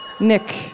Nick